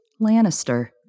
Lannister